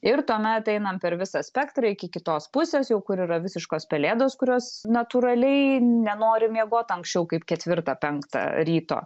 ir tuomet einam per visą spektrą iki kitos pusės jau kur yra visiškos pelėdos kurios natūraliai nenori miegot anksčiau kaip ketvirtą penktą ryto